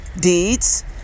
deeds